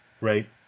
Right